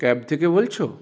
cab থেকে বলছ